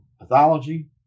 pathology